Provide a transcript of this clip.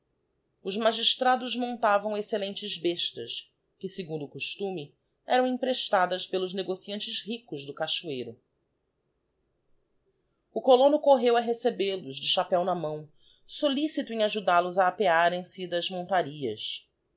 os magistrados montavam excellentes bestas que segundo o costume eram emprestadas pelos negociantes ricos do cachoeiro o colono correu a recebel os de chapéo na mão solicito em ajudal-os a apearem se das montarias